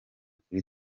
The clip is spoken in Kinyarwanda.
kuri